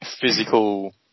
physical